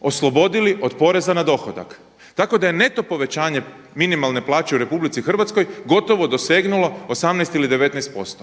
oslobodili od poreza na dohodak. Tako da je neto povećanje minimalne plaće u RH gotovo dosegnulo 18 ili 19%.